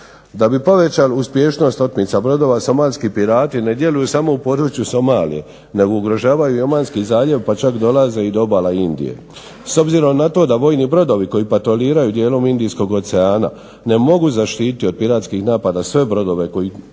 Da bi povećali uspješnost otmica brodova somalski pirati ne djeluju samo u području Somalije nego ugrožavaju i Omanski zaljev pa čak dolaze i do obala Indije. S obzirom na to da vojni brodovi koji patroliraju dijelom Indijskog oceana ne mogu zaštiti od piratskih napada sve brodove koji